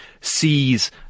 sees